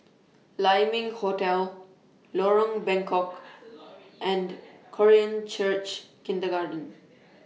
Lai Ming Hotel Lorong Bengkok and Korean Church Kindergarten